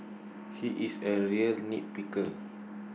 he is A real nitpicker